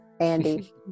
Andy